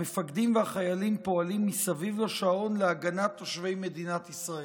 המפקדים והחיילים פועלים מסביב לשעון להגנת תושבי מדינת ישראל".